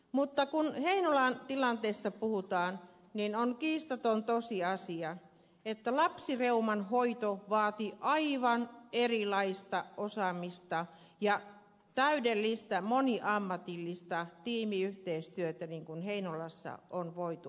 mutta kun heinolan tilanteesta puhutaan niin on kiistaton tosiasia että lapsireuman hoito vaatii aivan erilaista osaamista ja täydellistä moniammatillista tiimiyhteistyötä niin kuin heinolassa on voitu toteuttaa